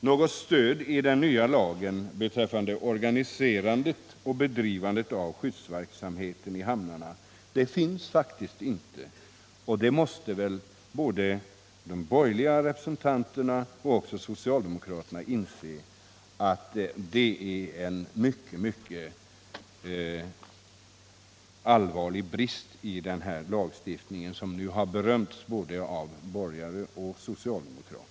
Något stöd i den nya lagen beträffande organiserandet och bedrivandet av skyddsverksamheten i hamnarna finns inte. Både de borgerliga representanterna och socialdemokraterna måste väl inse att det är en allvarlig brist i denna lagstiftning, som berömts av både borgare och socialdemokrater.